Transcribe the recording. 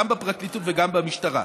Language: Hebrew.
גם בפרקליטות וגם במשטרה.